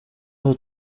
aho